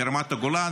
מרמת הגולן,